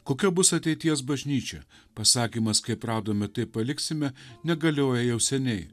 kokia bus ateities bažnyčia pasakymas kaip radome taip paliksime negalioja jau seniai